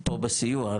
בסיוע?